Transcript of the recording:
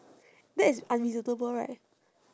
that is unreasonable right